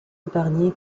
épargnée